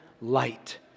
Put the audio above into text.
light